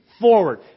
forward